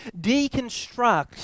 deconstruct